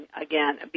again